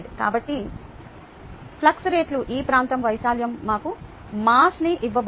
కాబట్టి ఫ్లక్స్ రెట్లు ఈ ప్రాంతం వైశాల్యం మాకు మాస్ ని ఇవ్వబోతోంది